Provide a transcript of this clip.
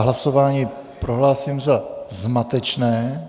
Hlasování prohlásím za zmatečné.